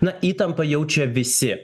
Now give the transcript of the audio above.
na įtampą jaučia visi